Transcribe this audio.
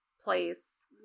place